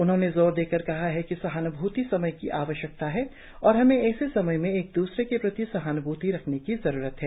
उन्होंने जोर देकर कहा है कि सहान्भ्ती समय की आवश्यकता है और हमे ऐसे समय में एक दूसरे के प्रति सहान्भ्ती रखने की जरुरत है